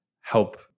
help